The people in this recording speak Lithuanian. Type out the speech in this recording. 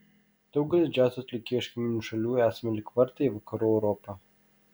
daugeliui džiazo atlikėjų iš kaimyninių šalių esame lyg vartai į vakarų europą